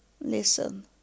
listen